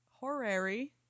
Horary